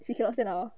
she cannot stand up ah